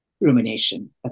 rumination